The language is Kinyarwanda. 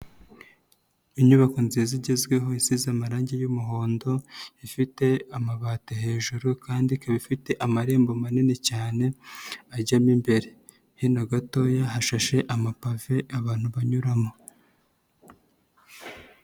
Inyubako nziza igezweho isize amarangi y'umuhondo, ifite amabati hejuru kandi ikaba ifite amarembo manini cyane ajyamo imbere, hino gatoya hashashe amapave abantu banyuramo.